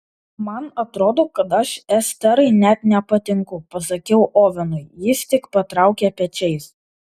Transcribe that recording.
man atrodo kad aš esterai net nepatinku pasakiau ovenui jis tik patraukė pečiais